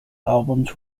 albums